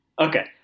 Okay